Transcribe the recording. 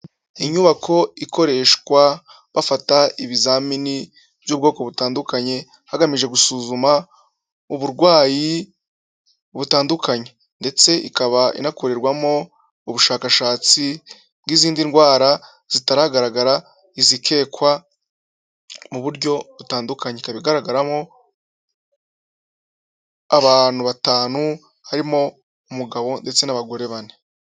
Inyubako ikoreshwa bafata ibizamini by'ubwoko butandukanye hagamijwe gusuzuma uburwayi butandukanye ndetse ikaba inakorerwamo ubushakashatsi bw'izindi ndwara zitaragaragara, izikekwa mu buryo butandukanye. Ikaba igaragaramo abantu batanu harimo umugabo ndetse n'abagore bane.